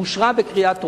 היא אושרה בקריאה טרומית,